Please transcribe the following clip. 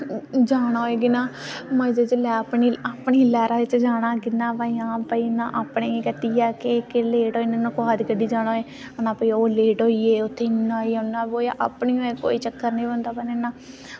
जाना होऐ ना मजे च अपनी लैह्रा च जाना की आं भई इ'यां अपनी कट्टियै ते लेट होई जन्ने कुसै दी गड्डी जाना होऐ ते ओह् लेट होइयै उत्थें इ'यां ते इ'यां अपनी होऐ ते कोई चक्कर निं होंदा इन्ना